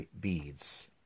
beads